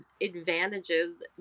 advantages